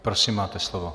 Prosím, máte slovo.